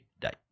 die